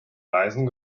reisen